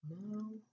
No